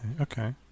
okay